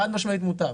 חד משמעית מוטב.